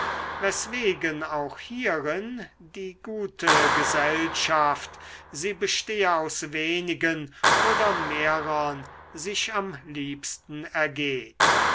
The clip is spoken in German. weswegen auch hierin die gute gesellschaft sie bestehe aus wenigen oder mehrern sich am liebsten ergeht